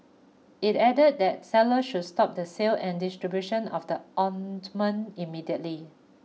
it added that sellers should stop the sale and distribution of the ointment immediately